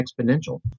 exponential